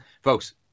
Folks